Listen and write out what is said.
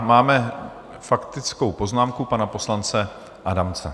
Máme faktickou poznámku pana poslance Adamce.